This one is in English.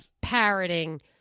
parroting